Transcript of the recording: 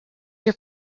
your